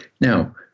Now